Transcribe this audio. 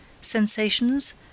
sensations